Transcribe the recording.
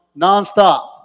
nonstop